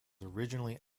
originally